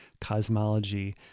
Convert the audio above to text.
cosmology